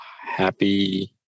happy